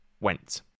went